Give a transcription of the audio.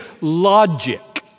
logic